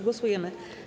Głosujemy.